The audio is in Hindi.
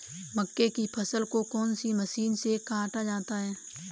मक्के की फसल को कौन सी मशीन से काटा जाता है?